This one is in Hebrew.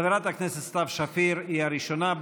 חברת הכנסת סתיו שפיר היא הראשונה.